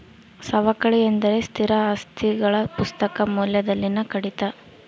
ಸವಕಳಿ ಎಂದರೆ ಸ್ಥಿರ ಆಸ್ತಿಗಳ ಪುಸ್ತಕ ಮೌಲ್ಯದಲ್ಲಿನ ಕಡಿತ